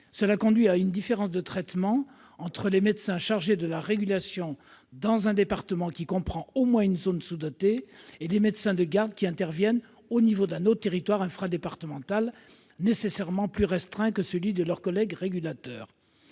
cela conduit à une différence de traitement entre les médecins chargés de la régulation dans un département comprenant au moins une zone sous-dotée et les médecins de garde qui interviennent au niveau d'un territoire infradépartemental, nécessairement plus restreint que celui de leurs collègues régulateurs.